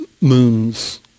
moons